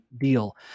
deal